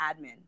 admin